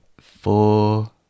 Four